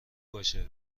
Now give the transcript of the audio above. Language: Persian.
باشه